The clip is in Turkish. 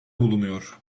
bulunuyor